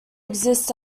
exist